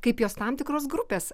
kaip jos tam tikros grupės